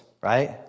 right